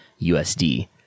usd